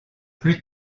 plus